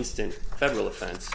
instant federal offense